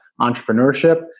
entrepreneurship